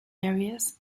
areas